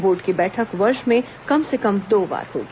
board की बैठक वर्ष में कम से कम दो बार होगी